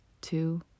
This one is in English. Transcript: two